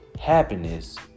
happiness